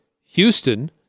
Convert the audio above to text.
Houston